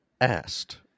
asked